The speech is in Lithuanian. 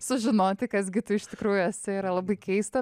sužinoti kas gi tu iš tikrųjų esi yra labai keista